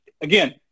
again